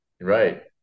Right